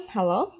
Hello